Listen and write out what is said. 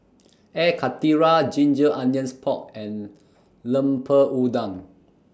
Air Karthira Ginger Onions Pork and Lemper Udang